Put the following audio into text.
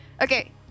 Okay